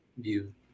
view